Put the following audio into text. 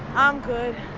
i'm good.